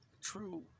True